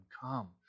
come